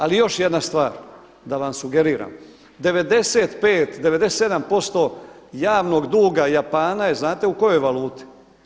Ali još jedna stvar da vam sugeriram, 95, 97% javnog duga Japana je znate u kojoj valuti?